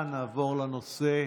התקנות אושרו,